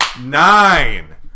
Nine